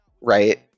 right